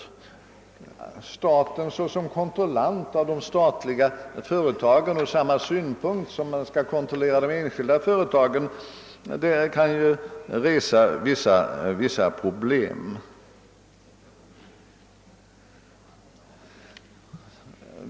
Att staten är kontrollant av de statliga företagen och skall sköta den sysslan från samma utgångspunkter som kontrollen av enskilda företag kan resa vissa problem.